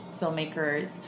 filmmakers